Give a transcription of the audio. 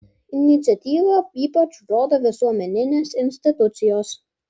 iniciatyvą ypač rodo visuomeninės institucijos